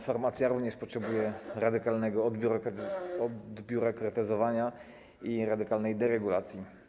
Farmacja również potrzebuje radykalnego odbiurokratyzowania i radykalnej deregulacji.